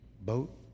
boat